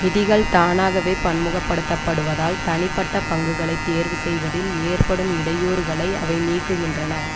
நிதிகள் தானாகவே பன்முகப்படுத்தப்படுவதால் தனிப்பட்ட பங்குகளைத் தேர்வு செய்வதில் ஏற்படும் இடையூறுகளை அவை நீக்குகின்றன